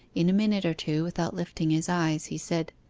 in a minute or two, without lifting his eyes, he said